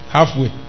Halfway